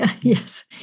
Yes